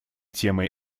темой